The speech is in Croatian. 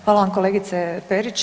Hvala vam kolegice Perić.